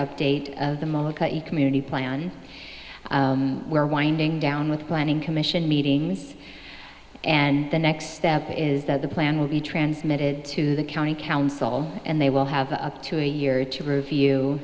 update of the mocha a community plan we're winding down with planning commission meetings and the next step is that the plan will be transmitted to the county council and they will have a up to a year to review